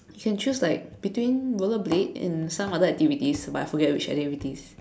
can choose like between rollerblade and some other activity but I forget which activity